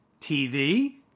TV